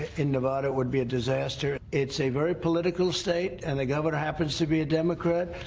in nevada it would be a disaster. it's a very political state, and the governor happens to be a democrat,